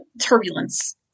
turbulence